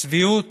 הצביעות